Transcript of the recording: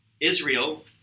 Israel